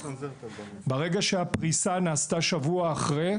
ברגע שהפריסה נעשתה שבוע אחרי,